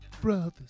brothers